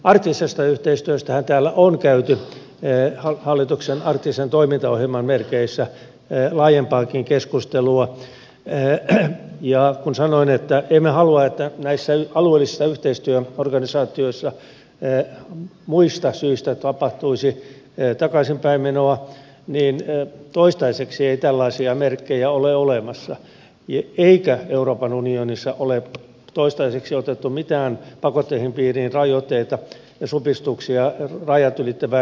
arktisesta yhteistyöstähän täällä on käyty hallituksen arktisen toimintaohjelman merkeissä laajempaakin keskustelua ja kun sanoin että emme halua että näissä alueellisissa yhteistyöorganisaatioissa muista syistä tapahtuisi takaisinpäinmenoa niin toistaiseksi ei tällaisia merkkejä ole olemassa eikä euroopan unionissa ole toistaiseksi otettu pakotteiden piiriin mitään rajoitteita ja supistuksia rajat ylittävään yhteistyöhön